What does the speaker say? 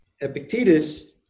epictetus